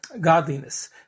godliness